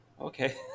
Okay